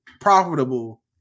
profitable